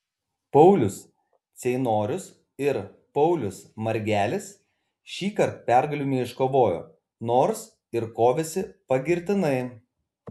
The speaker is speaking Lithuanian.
paulius ceinorius ir paulius margelis šįkart pergalių neiškovojo nors ir kovėsi pagirtinai